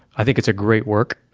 i think it's a great work,